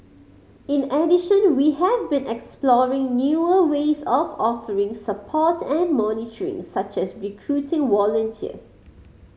in addition we have been exploring newer ways of offering support and monitoring such as recruiting volunteers